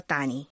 Tani